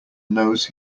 nose